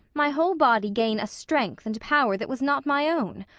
my whole body gain a strength and power that was not my own!